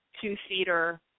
two-seater